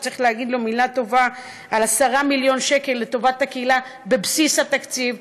שצריך להגיד לו מילה טובה על 10 מיליון שקל לטובת הקהילה בבסיס התקציב,